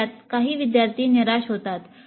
तेवढ्यात काही विद्यार्थी निराश होतात